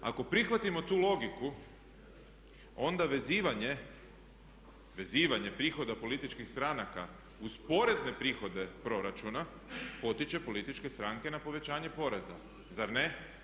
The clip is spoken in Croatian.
Ako prihvatimo tu logiku onda vezivanje prihoda političkih stranaka uz porezne prihode proračuna potiče političke stranke na povećanje poreza, zar ne?